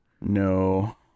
No